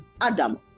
Adam